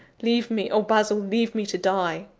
leave me oh, basil, leave me to die!